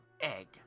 egg